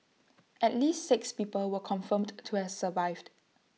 at least six people were confirmed to have survived